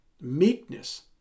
meekness